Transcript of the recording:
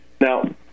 Now